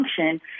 function